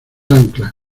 anclas